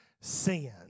sin